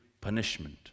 punishment